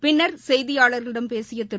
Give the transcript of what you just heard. பின்னர் செய்தியாளர்களிடம் பேசிய திரு